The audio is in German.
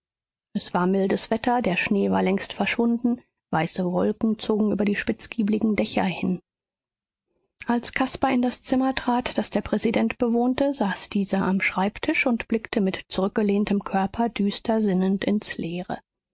es war mildes wetter der schnee war längst verschwunden weiße wolken zogen über die spitzgiebligen dächer hin als caspar in das zimmer trat das der präsident bewohnte saß dieser am schreibtisch und blickte mit zurückgelehntem körper düster sinnend ins leere